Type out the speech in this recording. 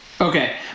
okay